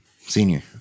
senior